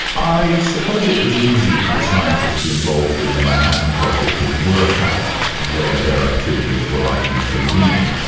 i suppose it was easy for the scientists involved in the manhattan project to work out where their activities were likely to lead.